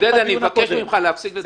עודד, אני מבקש ממך להפסיק לדבר.